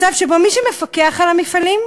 מצב שבו מי שמפקח על המפעלים,